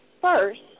first